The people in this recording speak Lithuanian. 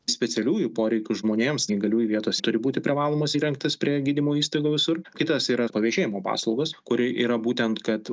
specialiųjų poreikių žmonėms neįgaliųjų vietos turi būti privalomos įrengtos prie gydymo įstaigų visur kitas yra pavėžėjimo paslaugos kuri yra būtent kad